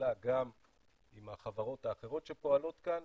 פעולה גם עם החברות האחרות שפועלות כאן